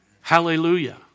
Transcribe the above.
Hallelujah